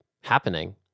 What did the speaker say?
happening